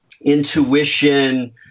intuition